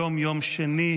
היום יום שני,